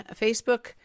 Facebook